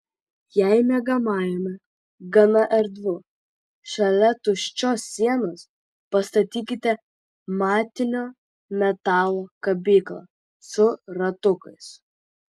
jei miegamajame gana erdvu šalia tuščios sienos pastatykite matinio metalo kabyklą su ratukais